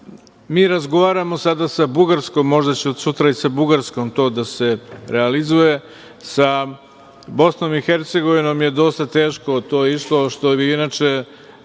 mi razgovaramo sada sa Bugarskom. Možda će od sutra i sa Bugarskom to da se realizuje. Sa Bosnom i Hercegovinom je dosta teško to išlo, što bi inače